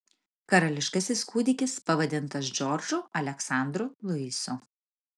karališkasis kūdikis pavadintas džordžu aleksandru luisu